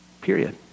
Period